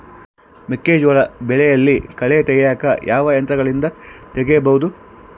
ಮೆಕ್ಕೆಜೋಳ ಬೆಳೆಯಲ್ಲಿ ಕಳೆ ತೆಗಿಯಾಕ ಯಾವ ಯಂತ್ರಗಳಿಂದ ತೆಗಿಬಹುದು?